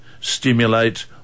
stimulate